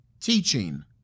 teaching